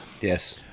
Yes